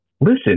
listen